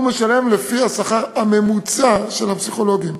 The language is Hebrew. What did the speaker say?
הוא משלם לפי השכר הממוצע של הפסיכולוגים.